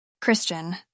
Christian